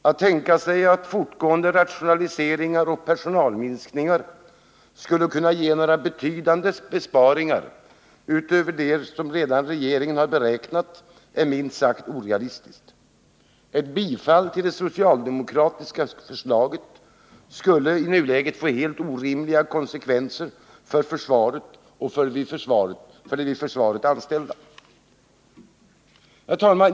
Att tänka sig att fortgående rationaliseringar och personalminskningar skulle kunna ge några betydande besparingar utöver vad regeringen har beräknat är minst sagt orealistiskt. Ett bifall till det socialdemokratiska förslaget skulle i nuläget få helt orimliga konsekvenser för försvaret och för vid försvaret anställda. Herr talman!